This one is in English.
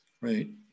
right